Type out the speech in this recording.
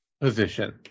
Position